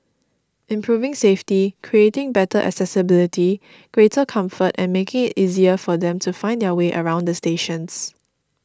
improving safety creating better accessibility greater comfort and making it easier for them to find their way around the stations